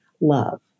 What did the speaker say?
love